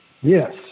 Yes